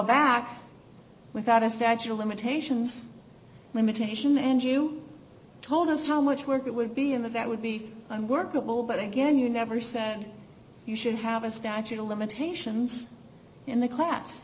back without a statue of limitations limitation and you told us how much work it would be of that would be unworkable but again you never said you should have a statute of limitations in the class